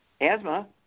Asthma